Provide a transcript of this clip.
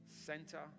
center